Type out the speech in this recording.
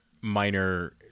minor